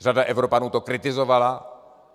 Řada Evropanů to kritizovala.